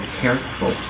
careful